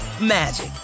magic